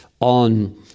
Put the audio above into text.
On